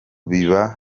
biba